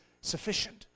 sufficient